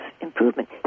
improvement